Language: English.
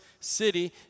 city